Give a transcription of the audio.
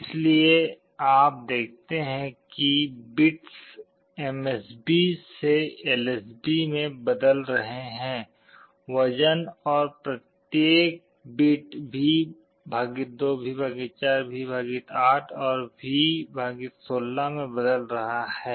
इसलिए आप देखते हैं कि बिट्स एमएसबी से LSB में बदल रहे हैं वजन और प्रत्येक बिट V 2 V 4 V 8 और V 16 में बदल रहा है